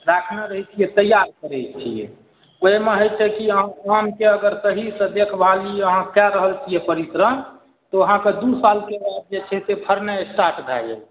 राखने रहैत छियै तैआर करैत छियै ओहिमे होइत छै की अहाँ आमके अगर सहीसँ देखभाल अहाँ कए रहल छियै परिश्रम तऽ ओ अहाँकेँ दू सालके बाद जे छै से फरनाइ स्टार्ट भए जाइत छै